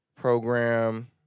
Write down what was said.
program